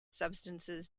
substances